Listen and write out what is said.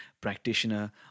practitioner